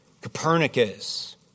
Copernicus